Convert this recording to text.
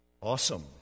awesome